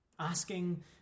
Asking